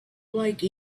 like